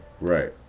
Right